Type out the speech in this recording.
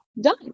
done